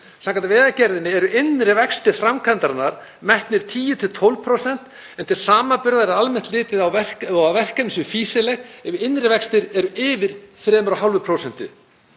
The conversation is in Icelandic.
Samkvæmt Vegagerðinni eru innri vextir framkvæmdarinnar metnir 10–12% en til samanburðar er almennt litið á að verkefni séu fýsileg ef innri vextir eru yfir 3,5%.